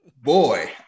Boy